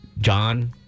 John